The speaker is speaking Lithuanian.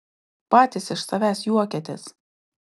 patys iš savęs juokiatės